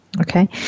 Okay